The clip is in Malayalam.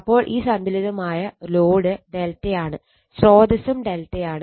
അപ്പോൾ ഈ സന്തുലിതമായ ലോഡ് ∆ യാണ് സ്രോതസ്സും ∆ യാണ്